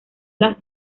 las